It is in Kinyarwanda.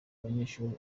abanyeshuri